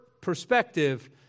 perspective